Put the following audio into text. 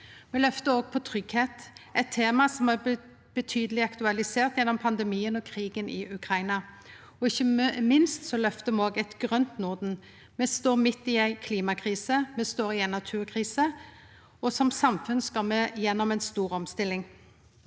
me løfter òg opp tryggleik, eit tema som har blitt betydeleg aktualisert gjennom pandemien og krigen i Ukraina, og ikkje minst løfter me eit grønt Norden. Me står midt i ei klimakrise, me står i ei naturkrise, og som samfunn skal me gjennom ei stor omstilling.